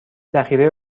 ذخیره